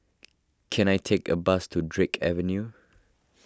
can I take a bus to Drake Avenue